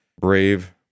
brave